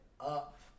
up